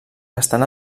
estan